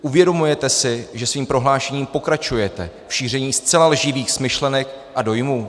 Uvědomujete si, že svým prohlášením pokračujete v šíření zcela lživých smyšlenek a dojmů?